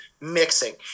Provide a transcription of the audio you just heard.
mixing